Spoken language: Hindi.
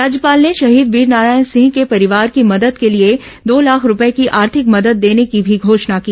राज्यपाल ने शहीद वीरनारायण सिंह के परिवार की मदद के लिए दो लाख रूपये की आर्थिक मदद देने की भी घोषणा की